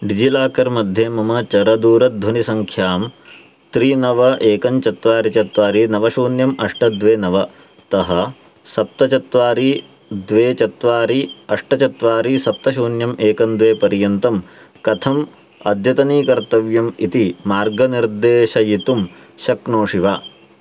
DigiLocker मध्ये मम चरदूरध्वनिसङ्ख्यां त्रीणि नव एकं चत्वारि चत्वारि नव शून्यम् अष्ट द्वे नव तः सप्त चत्वारि द्वे चत्वारि अष्ट चत्वारि सप्त शून्यम् एकं द्वे पर्यन्तं कथम् अद्यतनीकर्तव्यम् इति मार्गनिर्देशयितुं शक्नोषि वा